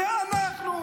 זה אנחנו.